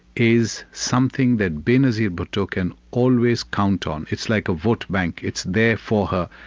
is something that benazir bhutto can always count on. it's like a vote bank, it's there for her.